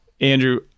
Andrew